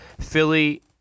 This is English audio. Philly